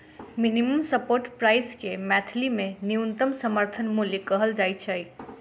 minimum support price के मैथिली मे न्यूनतम समर्थन मूल्य कहल जाइत छै